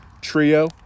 trio